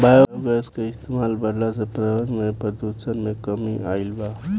biogas के इस्तमाल बढ़ला से पर्यावरण में प्रदुषण में कमी आइल बा